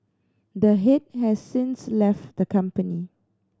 the head has since left the company